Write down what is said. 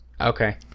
Okay